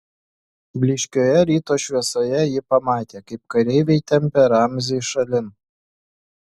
blyškioje ryto šviesoje ji pamatė kaip kareiviai tempia ramzį šalin